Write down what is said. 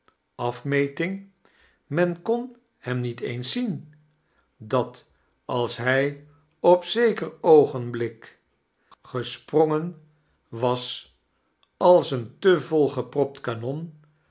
afmeting men kon hem niet eens eden dat als hij op zeker oogenblik gesprongen was als een te vol gepropt kanon